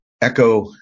echo